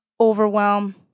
overwhelm